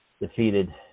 defeated